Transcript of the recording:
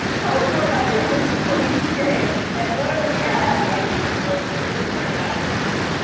tell us more about your homeschooling experience and what are the parents right you most concerned about in this time?